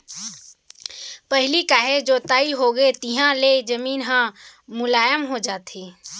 पहिली काहे जोताई होगे तिहाँ ले जमीन ह मुलायम हो जाथे